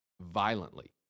violently